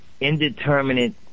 indeterminate